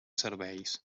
serveis